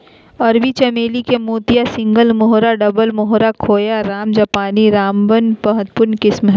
अरबी चमेली के मोतिया, सिंगल मोहोरा, डबल मोहोरा, खोया, राय जापानी, रामबनम महत्वपूर्ण किस्म हइ